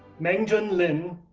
mengjun lin,